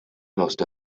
most